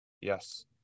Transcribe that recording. Yes